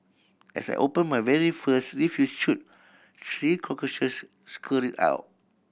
as I opened my very first refuse chute three cockroaches scurried out